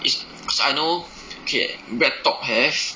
is I know K Breadtalk have